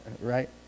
Right